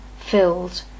filled